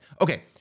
Okay